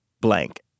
blank